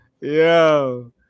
Yo